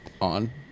On